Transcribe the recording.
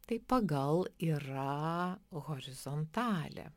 tai pagal yra horizontalė